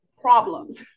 problems